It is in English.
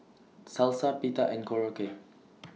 Salsa Pita and Korokke